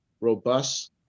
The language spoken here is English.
robust